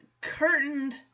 curtained